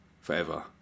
forever